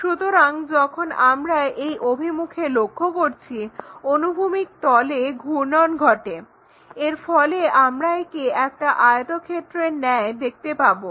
সুতরাং যখন আমরা এই অভিমুখে লক্ষ্য করছি অনুভূমিক তলে ঘূর্ণন ঘটে এর ফলে আমরা একে একটা আয়তক্ষেত্রের ন্যায় দেখতে পাবো